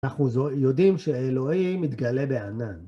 אנחנו יודעים שאלוהים מתגלה בענן.